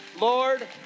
Lord